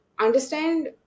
Understand